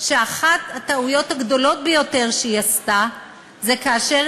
שאחת הטעויות הגדולות ביותר שהיא עשתה הייתה כאשר